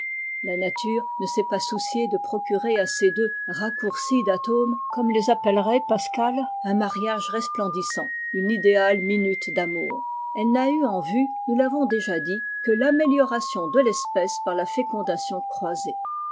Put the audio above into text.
la nature ne s est pas souciée de procurer à ces deux raccourcis d'alôme comme les appellerait pascal un mariage resplendissant une idéale minute d'amour elle n'a eu en vue nous tavons déjà dit que tamélioralion de l'espèce par la fécondation croisée